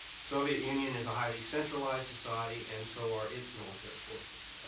soviet union is a highly centralized society and so are its military forces.